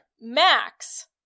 Max –